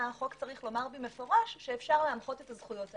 החוק צריך לומר במפורש שאפשר להנחות את הזכויות האלה.